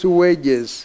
wages